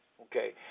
Okay